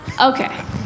Okay